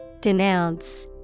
Denounce